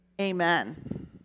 Amen